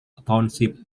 township